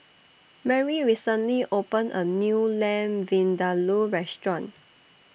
Merry recently opened A New Lamb Vindaloo Restaurant